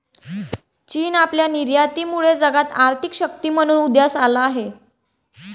चीन आपल्या निर्यातीमुळे जगात आर्थिक शक्ती म्हणून उदयास आला आहे